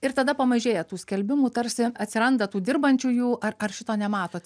ir tada pamažėja tų skelbimų tarsi atsiranda tų dirbančiųjų ar šito nematot